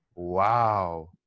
Wow